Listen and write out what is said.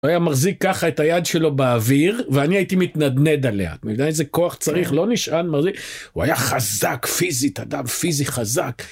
הוא היה מחזיק ככה את היד שלו באוויר, ואני הייתי מתנדנד עליה. מבינה איזה כוח צריך, לא נשען, מרזיק. הוא היה חזק, פיזית, אדם פיזי חזק.